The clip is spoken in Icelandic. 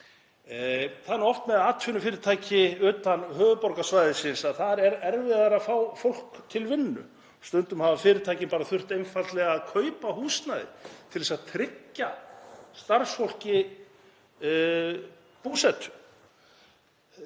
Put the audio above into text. Það er oft með atvinnufyrirtæki utan höfuðborgarsvæðisins að þar er erfiðara að fá fólk til vinnu. Stundum hafa fyrirtækin bara þurft einfaldlega að kaupa húsnæði til að tryggja starfsfólki búsetu.